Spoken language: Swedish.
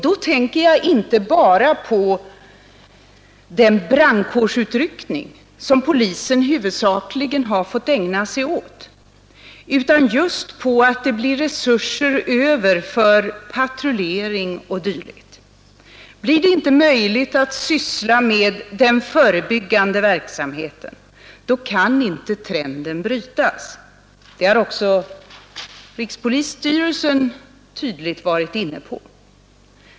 Då tänker jag inte bara på den brandkårsutryckning som polisen huvudsakligen har fått ägna sig åt utan just på att det blir resurser över för patrullering o. d. Blir det inte möjligt att syssla med den förebyggande verksamheten kan inte trenden brytas. Det har också rikspolisstyrelsen tydligt varit inne på.